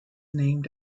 named